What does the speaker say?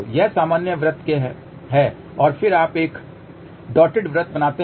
यह सामान्य वृत्त है और फिर आप एक डॉटेड वृत्त बनाते हैं